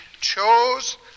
chose